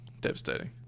Devastating